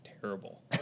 terrible